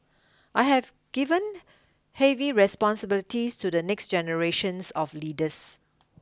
I have given heavy responsibilities to the next generations of leaders